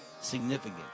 significant